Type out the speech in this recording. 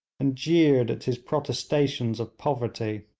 and jeered at his protestations of poverty.